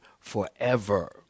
forever